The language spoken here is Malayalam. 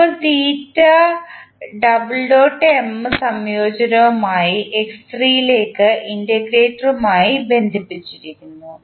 ഇപ്പോൾ സംയോജനവുമായി x3 ലേക്ക് ഇന്റഗ്രേറ്ററുമായി ബന്ധിപ്പിച്ചിരിക്കുന്നു